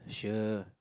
sure